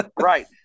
Right